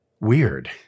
weird